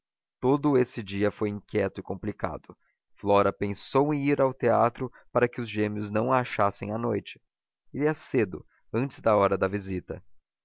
todo esse dia foi inquieto e complicado flora pensou em ir ao teatro para que os gêmeos não a achassem à noite iria cedo antes da hora da visita